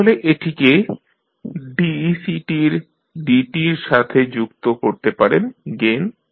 তাহলে এটিকে decdt র সাথে যুক্ত করতে পারেন গেইন 1C দিয়ে